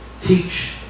teach